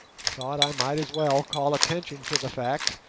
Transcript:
thought i might as well call attention to the fact,